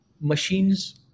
machines